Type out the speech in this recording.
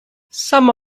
some